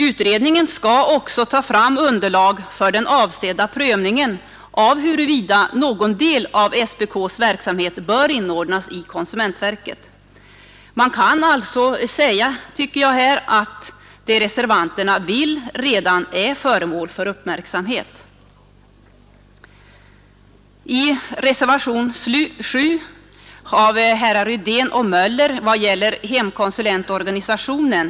Utredningen skall också skaffa fram underlag för den avsedda prövningen av huruvida någon del av SPK:s verksamhet bör inordnas under konsumentverket. Man kan alltså säga att reservanternas önskemål redan är föremål för uppmärksamhet. Reservationen 7 av herrar Rydén och Möller i Göteborg gäller hemkonsulentorganisationen.